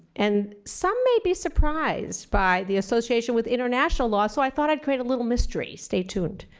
and some may be surprised by the association with international law, so i thought i'd create a little mystery. stay tuned.